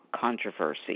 controversy